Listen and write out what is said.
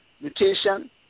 mutation